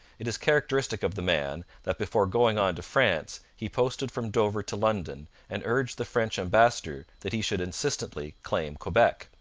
it is characteristic of the man, that before going on to france he posted from dover to london, and urged the french ambassador that he should insistently claim quebec.